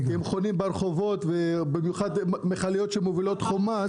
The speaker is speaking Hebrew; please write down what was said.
הם חונים ברחובות, במיוחד מכליות שמובילות חומ"ס.